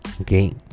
Okay